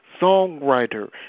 songwriter